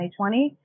2020